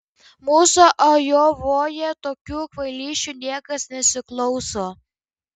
mūsų ajovoje tokių kvailysčių niekas nesiklauso